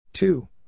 Two